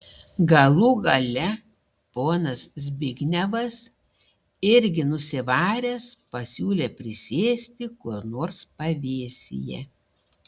galų gale ponas zbignevas irgi nusivaręs pasiūlė prisėsti kur nors pavėsyje